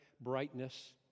brightness